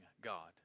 God